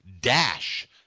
Dash